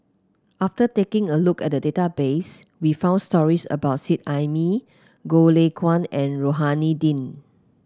after taking a look at the database we found stories about Seet Ai Mee Goh Lay Kuan and Rohani Din